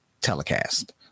telecast